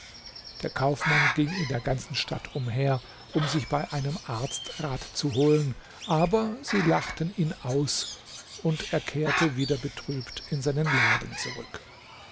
der kaufmann ging in der ganzen stadt umher um sich bei einem arzt rat zu holen aber sie lachten ihn aus und er kehrte wieder betrübt in seinen laden zurück